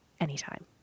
anytime